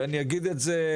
אתה לא עושה בדיקה ראשונית.